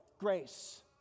grace